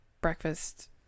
breakfast